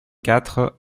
quatre